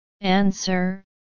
Answer